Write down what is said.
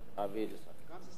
סתם ססמאות.